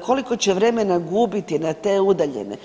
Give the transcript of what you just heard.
koliko će vremena gubiti na te udaljene?